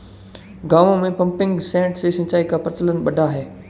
गाँवों में pumping set से सिंचाई का प्रचलन बढ़ा है